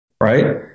right